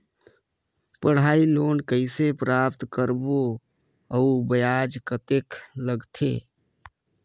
पढ़ाई लोन कइसे प्राप्त करबो अउ ब्याज कतेक लगथे?